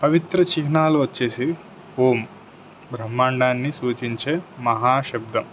పవిత్ర చిహ్నాలు వచ్చేసి ఓమ్ బ్రహ్మండాాన్ని సూచించే మహాశబ్దం